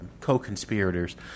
co-conspirators